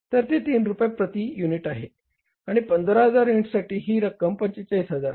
तर ते 3 रुपये प्रती युनिट आहे आणि 15000 युनिटसाठी ही रक्कम 45000 आहे